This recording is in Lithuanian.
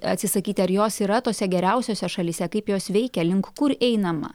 atsisakyti ar jos yra tose geriausiose šalyse kaip jos veikia link kur einama